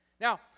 now